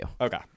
Okay